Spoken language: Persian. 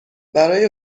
برای